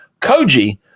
koji